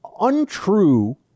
untrue